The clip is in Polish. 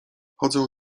chodzę